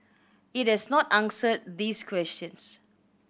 it has not answered these questions